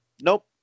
nope